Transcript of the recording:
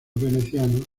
venecianos